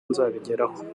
nzabigeraho